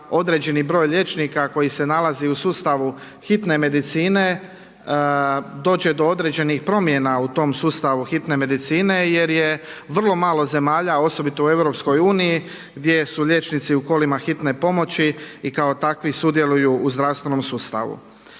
određeni broj liječnika koji se nalazi u sustavu hitne medicine dođe do određenih promjena u tom sustavu hitne medicine jer je vrlo malo zemalja, osobito u Europskoj uniji gdje su liječnici u kolima hitne pomoći i kao takvi sudjeluju u zdravstvenom sustavu.